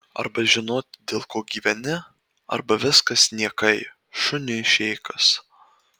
arba žinoti dėl ko gyveni arba viskas niekai šuniui šėkas